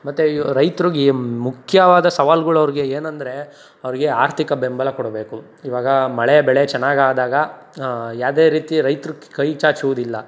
ಮತ್ತೆ ರೈತ್ರಿಗೆ ಮುಖ್ಯವಾದ ಸವಾಲ್ಗಳು ಅವ್ರಿಗೆ ಏನಂದರೆ ಅವ್ರಿಗೆ ಆರ್ಥಿಕ ಬೆಂಬಲ ಕೊಡಬೇಕು ಇವಾಗ ಮಳೆ ಬೆಳೆ ಚೆನ್ನಾಗಾದಾಗ ಯಾವುದೇ ರೀತಿ ರೈತರು ಕೈ ಚಾಚುವುದಿಲ್ಲ